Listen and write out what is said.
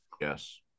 Yes